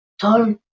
turn